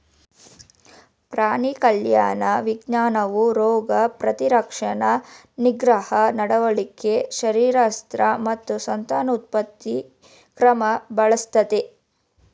ಪ್ರಾಣಿ ಕಲ್ಯಾಣ ವಿಜ್ಞಾನವು ರೋಗ ಪ್ರತಿರಕ್ಷಣಾ ನಿಗ್ರಹ ನಡವಳಿಕೆ ಶರೀರಶಾಸ್ತ್ರ ಮತ್ತು ಸಂತಾನೋತ್ಪತ್ತಿ ಕ್ರಮ ಬಳಸ್ತದೆ